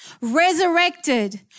Resurrected